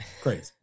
Crazy